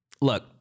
Look